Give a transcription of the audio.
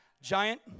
Giant